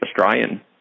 Australian